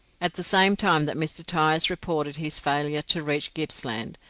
at the same time that mr. tyers reported his failure to reach gippsland,